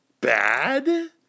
bad